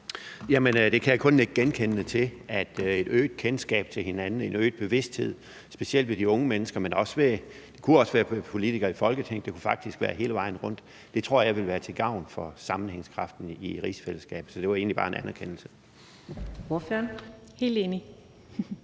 (M): Det kan jeg kun nikke genkendende til. Et øget kendskab til hinanden og en øget bevidsthed, specielt hos de unge mennesker, men det kunne også være hos politikere i Folketinget, det kunne faktisk være hele vejen rundt, tror jeg vil være til gavn for sammenhængskraften i rigsfællesskabet. Så det var egentlig bare en anerkendelse. Kl.